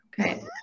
Okay